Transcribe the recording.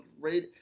great